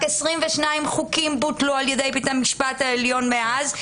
רק 22 חוקים בוטלו על ידי בית המשפט העליון מאז,